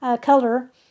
color